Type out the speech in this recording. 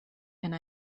and